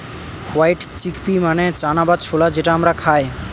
white chickpea মানে চানা বা ছোলা যেটা আমরা খায়